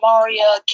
Maria